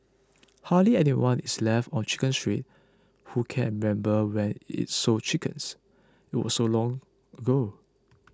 hardly anyone is left on Chicken Street who can remember when it sold chickens it was so long ago